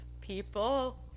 people